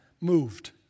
moved